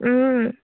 অঁ